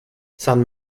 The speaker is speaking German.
san